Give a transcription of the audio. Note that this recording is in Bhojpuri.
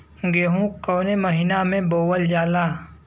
गेहूँ कवने महीना में बोवल जाला?